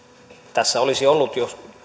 tässä olisi ollut jos